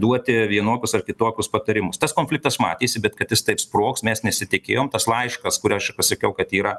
duoti vienokius ar kitokius patarimus tas konfliktas matėsi bet kad jis taip sprogs mes nesitikėjom tas laiškas kur aš pasakiau kad yra